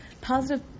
positive